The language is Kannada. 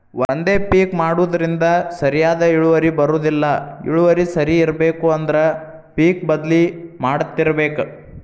ಒಂದೇ ಪಿಕ್ ಮಾಡುದ್ರಿಂದ ಸರಿಯಾದ ಇಳುವರಿ ಬರುದಿಲ್ಲಾ ಇಳುವರಿ ಸರಿ ಇರ್ಬೇಕು ಅಂದ್ರ ಪಿಕ್ ಬದ್ಲಿ ಮಾಡತ್ತಿರ್ಬೇಕ